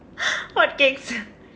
hotcakes